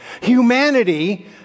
Humanity